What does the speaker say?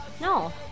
No